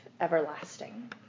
everlasting